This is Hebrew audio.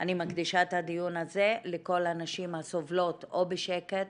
אני מקדישה את הדיון הזה לכל הנשים הסובלות או בשקט